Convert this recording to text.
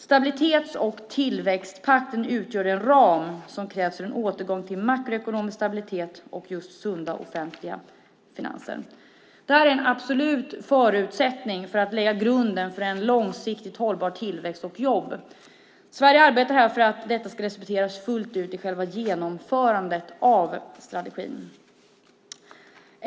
Stabilitets och tillväxtpakten utgör den ram som krävs för en återgång till makroekonomisk stabilitet och just sunda offentliga finanser. Det här är en absolut förutsättning för att man ska kunna lägga grunden för en långsiktigt hållbar tillväxt. Sverige arbetar för att detta ska respekteras fullt ut i själva genomförandet av strategin.